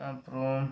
அப்புறம்